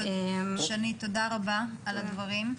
שני, תודה רבה על הדברים.